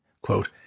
quote